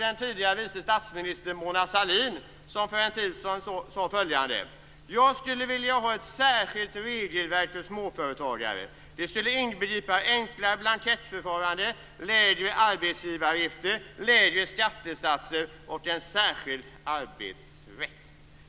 Den tidigare vice statsministern Mona Sahlin sade för en tid sedan följande: Jag skulle vilja ha ett särskilt regelverk för småföretagare. Det skulle inbegripa enkla blankettförfaranden, lägre arbetsgivaravgifter, lägre skattesatser och en särskild arbetsrätt.